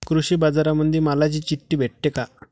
कृषीबाजारामंदी मालाची चिट्ठी भेटते काय?